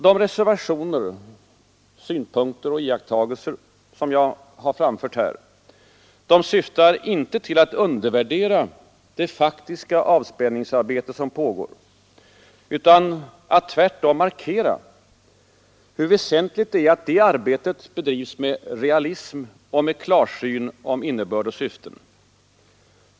De reservationer, synpunkter och iakttagelser som jag här framfört syftar inte till att undervärdera det faktiska avspänningsarbete som pågår utan att tvärtom markera hur väsentligt det är att det arbetet bedrivs med realism och klarsyn om innebörd och syften.